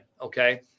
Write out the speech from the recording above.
okay